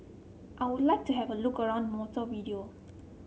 I would like to have a look around Montevideo